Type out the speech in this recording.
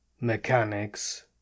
mechanics